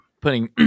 putting